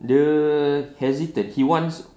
dia hesitate he wants